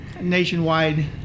nationwide